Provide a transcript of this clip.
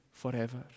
Forever